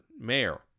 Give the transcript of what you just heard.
mayor